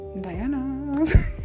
Diana